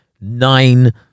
nine